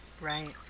right